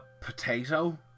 potato